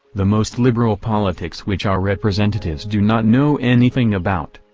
the most liberal politics which our representatives do not know anything about,